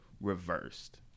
reversed